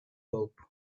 hope